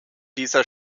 dieser